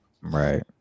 Right